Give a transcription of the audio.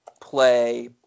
play